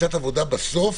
שיטת עבודה בסוף